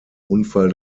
unfall